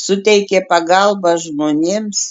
suteikė pagalbą žmonėms